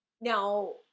Now